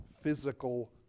physical